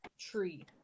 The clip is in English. tree